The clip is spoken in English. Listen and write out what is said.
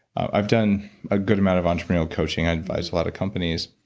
i've done a good amount of entrepreneurial coaching, i advise a lot of companies,